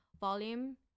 volume